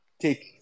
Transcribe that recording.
take